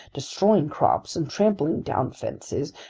destroying crops and trampling down fences,